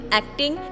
acting